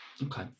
Okay